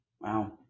Wow